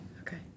okay